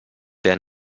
der